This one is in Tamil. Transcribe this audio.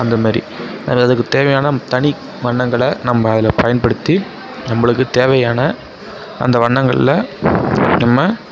அந்தமாதிரி அது அதுக்கு தேவையான தனி வண்ணங்களை நம்ம அதில் பயன்படுத்தி நம்மளுக்கு தேவையான அந்த வண்ணங்களில் நம்ம